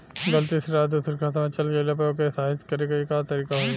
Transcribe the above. गलती से राशि दूसर के खाता में चल जइला पर ओके सहीक्ष करे के का तरीका होई?